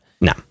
No